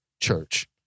church